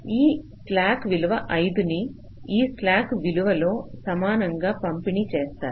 ఈ స్లాక్ విలువ 5 ని ఈ స్లాక్ విలువలో సమానంగా పంపిణీ చేస్తారు